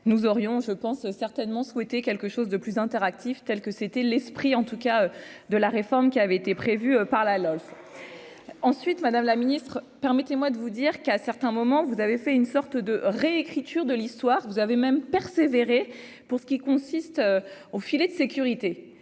nous aurions je pense certainement souhaité quelque chose de plus interactifs tels que c'était l'esprit en tout cas de la réforme qui avait été prévu par la loi, ensuite, Madame la Ministre, permettez-moi de vous dire qu'à certains moments, vous avez fait une sorte de réécriture de l'histoire, vous avez même persévéré pour ce qui consiste au filet de sécurité